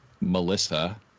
Melissa